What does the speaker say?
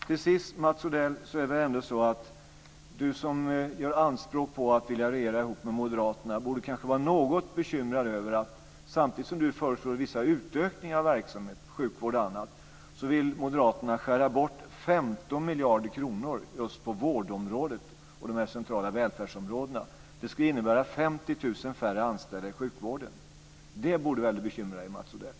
Till sist, Mats Odell, borde väl Mats Odell som gör anspråk på att vilja regera ihop med moderaterna vara något bekymrad över att samtidigt som han föreslår vissa utökningar av verksamhet, sjukvård och annat vill moderaterna skära bort 15 miljarder kronor just på vårdområdet och de centrala välfärdsområdena. Det skulle innebära 50 000 färre anställda i sjukvården. Det borde väl bekymra Mats Odell.